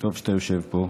טוב שאתה יושב פה.